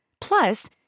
Plus